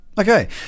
Okay